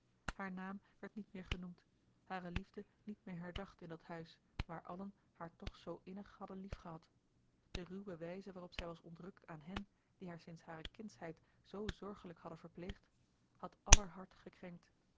haar naam werd niet meer genoemd hare liefde niet meer herdacht in dat huis waar allen haar toch zoo innig hadden liefgehad de ruwe wijze waarop zij was ontrukt aan hen die haar sinds hare kindsheid zoo zorgelijk hadden verpleegd had aller hart gekrenkt